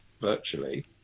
virtually